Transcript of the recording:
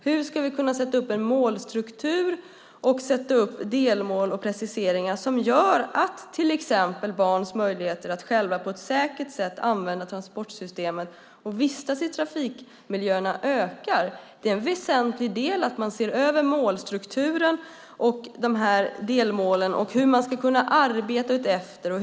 Hur ska vi kunna sätta upp en målstruktur, delmål och preciseringar som gör att till exempel barns möjligheter att själva på ett säkert sätt använda transportsystemen och vistas i trafikmiljöerna ökar? Det är en väsentlig del att man ser över målstrukturen, delmålen och hur man ska kunna arbeta utefter dem.